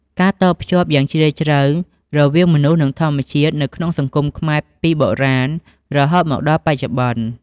ការតភ្ជាប់យ៉ាងជ្រាលជ្រៅរវាងមនុស្ស និងធម្មជាតិ នៅក្នុងសង្គមខ្មែរពីបុរាណរហូតមកដល់បច្ចុប្បន្ន។